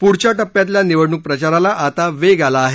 पुढच्या टप्प्यातल्या निवडणूक प्रचाराला आता वेग आला आहे